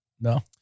No